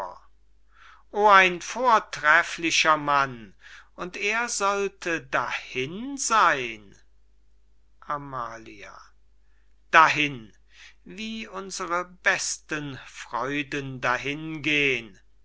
oh ein vortreflicher mann und er sollte dahin seyn amalia dahin wie unsere besten freuden dahingeh'n